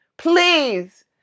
Please